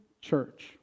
church